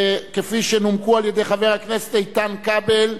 כפי שנומקה על-ידי חבר הכנסת איתן כבל.